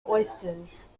oysters